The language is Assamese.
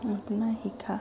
আপোনাৰ শিক্ষা